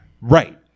Right